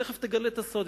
תיכף תגלה את הסוד.